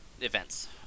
events